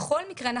בכל מקרה,